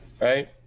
right